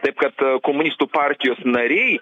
taip kad komunistų partijos nariai